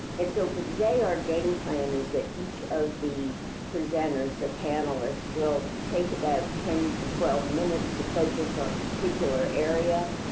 and so for today, our game plan is that each of the presenters, the panelists, will take about ten to twelve minutes to focus on a particular area.